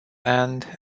and